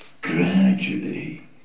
gradually